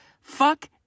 Fuck